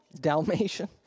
Dalmatian